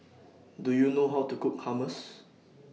Do YOU know How to Cook Hummus